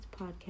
podcast